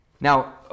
Now